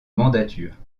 mandature